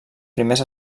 primers